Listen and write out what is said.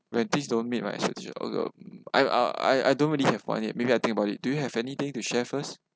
when things don't meet my expectations uh I uh I don't really have one yet maybe I'll think about it do you have anything to share first